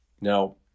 now